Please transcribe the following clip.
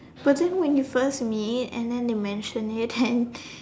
but then when you first meet and then they mention it then